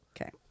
Okay